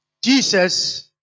Jesus